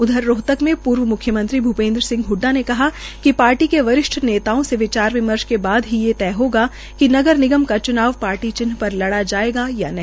उधर रोहतक में पूर्व मुख्यमंत्री भूपेन्द्र सिंह हडडा ने कहा कि पार्टी के वरिष्ठ नेताओं से विचार विमर्श के बाद ये तय होगा कि नगर निगम का चुनाव पार्टी चिन्ह पर लड़ा जाये या नहीं